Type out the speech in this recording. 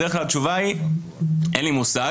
בדרך כלל התשובה היא "אין לי מושג",